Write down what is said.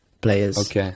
players